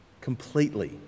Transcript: completely